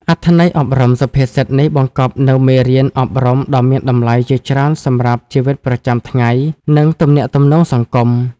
អត្ថន័យអប់រំសុភាសិតនេះបង្កប់នូវមេរៀនអប់រំដ៏មានតម្លៃជាច្រើនសម្រាប់ជីវិតប្រចាំថ្ងៃ និងទំនាក់ទំនងសង្គម។